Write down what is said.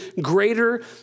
greater